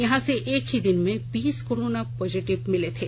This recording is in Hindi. यहां से एक ही दिन में बीस कोरोना पॉजिटिव केस मिले थे